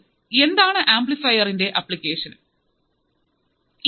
ഇതിൽ എന്താണ് ആംപ്ലിഫയറിന്റെ അപ്ലിക്കേഷൻ എന്നും പറഞ്ഞിട്ടുണ്ട്